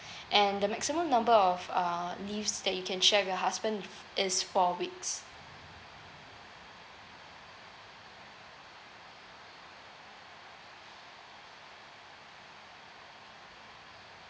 and the maximum number of uh leaves that you can share with your husband f~ is four weeks